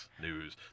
News